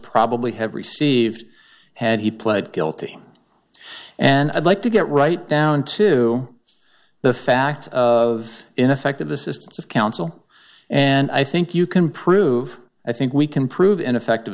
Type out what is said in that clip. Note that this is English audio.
probably have received had he pled guilty and i'd like to get right down to the facts of ineffective assistance of counsel and i think you can prove i think we can prove ineffective